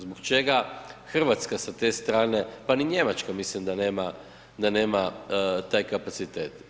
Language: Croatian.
Zbog čega Hrvatska sa te strane pa ni Njemačka mislim da nema taj kapacitet.